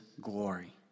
glory